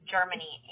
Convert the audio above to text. Germany